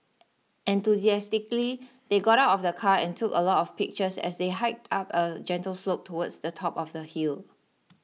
enthusiastically they got out of the car and took a lot of pictures as they hiked up a gentle slope towards the top of the hill